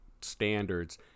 standards